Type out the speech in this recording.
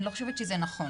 אני לא חושבת שזה נכון